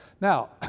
Now